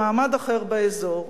במעמד אחר באזור.